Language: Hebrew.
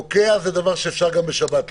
פוקע זה דבר שאפשר גם בשבת לקרות.